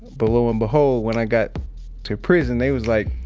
but, lo and behold, when i got to prison, they was like,